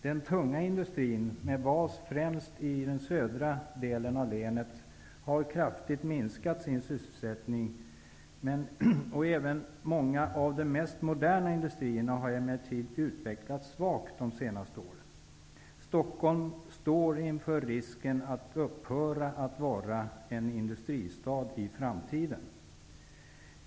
Den tunga industrin med bas främst i den södra delen av länet har kraftigt minskat sin sysselsättning. Även många av de mest moderna industrierna har emellertid utvecklats svagt de senaste åren. Stockholm står inför risken att upphöra att vara en industristad i framtiden.